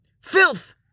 Filth